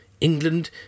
England